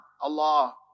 Allah